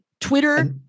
Twitter